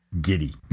giddy